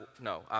No